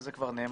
וזה כבר נאמר,